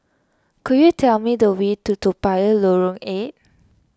could you tell me the way to Toa Payoh Lorong eight